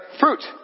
fruit